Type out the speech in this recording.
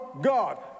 God